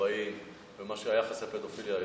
והארבעים לעומת היחס לפדופיליה היום.